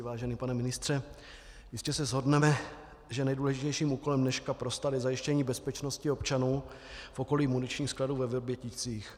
Vážený pane ministře, jistě se shodneme, že nejdůležitějším úkolem dneška se stalo zajištění bezpečnosti občanů v okolí muničních skladů ve Vrběticích.